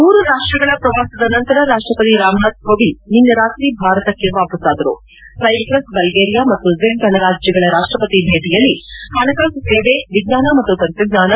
ಮೂರು ರಾಷ್ಷದ ಪ್ರವಾಸದ ನಂತರ ರಾಷ್ಷಪತಿ ರಾಮನಾಥ್ ಕೋವಿಂದ್ ನಿನ್ನೆ ರಾತ್ರಿ ಭಾರತಕ್ಕೆ ವಾಪಾಸ್ಲಾದರು ಸೈಪ್ರಸ್ ಬಲ್ಗೇರಿಯಾ ಮತ್ತು ಜೆಕ್ ಗಣರಾಜ್ಯಗಳ ರಾಷ್ಟಪತಿ ಭೇಟಿಯಲ್ಲಿ ಹಣಕಾಸು ಸೇವೆ ವಿಜ್ಞಾನ ಮತ್ತು ತಂತ್ರಜ್ಞಾನ